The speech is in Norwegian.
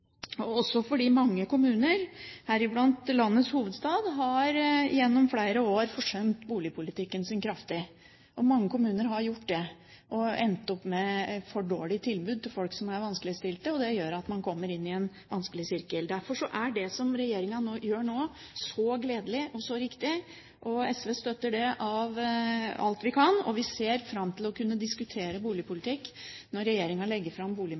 også fordi mange kommuner – heriblant landets hovedstad – gjennom flere år har forsømt boligpolitikken sin kraftig. Mange kommuner har gjort det og endt opp med et for dårlig tilbud til folk som er vanskeligstilt, og det gjør at man kommer inn i en vanskelig sirkel. Derfor er det regjeringen nå gjør, så gledelig og riktig, og SV støtter det alt vi kan. Vi ser fram til å kunne diskutere boligpolitikken når regjeringen legger fram